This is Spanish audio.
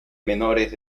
menores